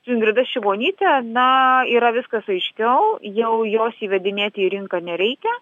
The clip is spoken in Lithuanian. su ingrida šimonytė na yra viskas aiškiau jau jos įvedinėti į rinką nereikia